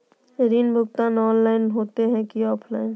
ऋण भुगतान ऑनलाइन होते की ऑफलाइन?